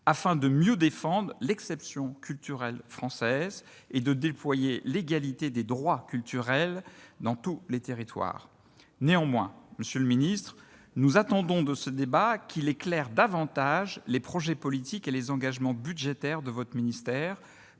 afin de mieux défendre l'exception culturelle française et de déployer l'égalité des droits culturels dans tous les territoires. Néanmoins, monsieur le ministre, nous attendons de ce débat qu'il éclaire davantage les projets politiques et les engagements budgétaires par lesquels votre ministère